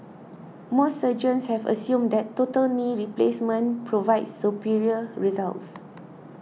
most surgeons have assumed that total knee replacement provides superior results